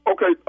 Okay